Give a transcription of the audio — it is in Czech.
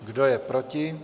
Kdo je proti?